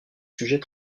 sujets